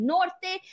Norte